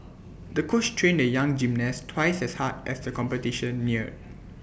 the coach trained the young gymnast twice as hard as the competition neared